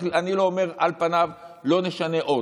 אני לא אומר: על פניו לא נשנה אות.